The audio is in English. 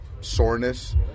soreness